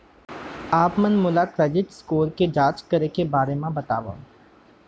आप मन मोला क्रेडिट स्कोर के जाँच करे के बारे म बतावव?